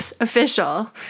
Official